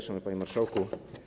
Szanowny Panie Marszałku!